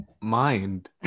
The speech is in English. mind